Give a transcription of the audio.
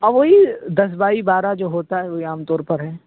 ہاں وہی دس بائی بارہ جو ہوتا ہے وہی عام طور پر ہے